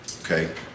Okay